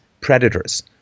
predators